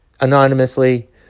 anonymously